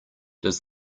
does